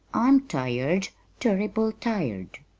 i'm tired turrible tired.